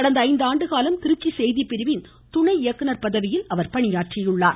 கடந்த ஐந்து ஆண்டுகாலம் திருச்சி செய்திப்பிரிவின் துணை இயக்குனர் பதவியில் அவர் பணியாற்றியுள்ளார்